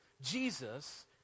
Jesus